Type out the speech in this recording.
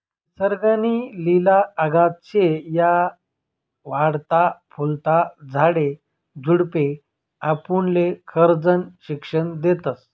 निसर्ग नी लिला अगाध शे, या वाढता फुलता झाडे झुडपे आपुनले खरजनं शिक्षन देतस